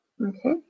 Okay